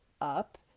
up